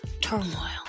turmoil